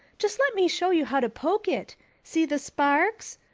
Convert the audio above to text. just let me show you how to poke it see the sparks?